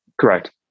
Correct